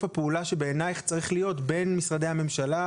הפעולה שבעינייך צריך להיות בין משרדי הממשלה,